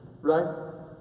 right